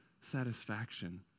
satisfaction